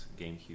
GameCube